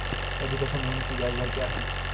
Education loan की ब्याज दर क्या है?